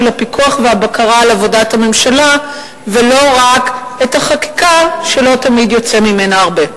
הפיקוח והבקרה על עבודת הממשלה ולא רק את החקיקה שלא תמיד יוצא ממנה הרבה.